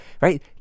right